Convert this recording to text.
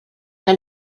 que